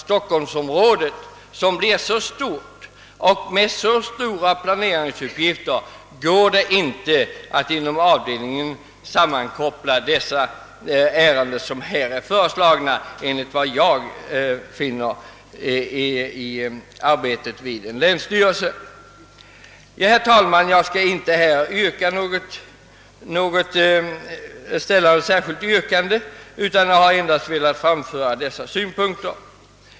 Stockholmsområdet blir mycket stort, och med så stora planeringsuppgifter går det inte att till avdelningen också föra de ärenden som här är föreslagna, enligt de erfarenheter jag vunnit under mitt arbete inom länsstyrelsen. Herr talman! Jag skall inte ställa något yrkande utan har endast velat framföra dessa synpunkter.